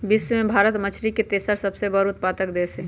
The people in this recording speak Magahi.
विश्व में भारत मछरी के तेसर सबसे बड़ उत्पादक देश हई